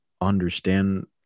understand